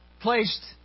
placed